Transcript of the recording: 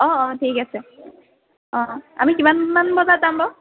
অ' অ' ঠিক আছে অ' আমি কিমানমান বজাত যাম বাৰু